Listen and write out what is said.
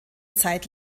zeit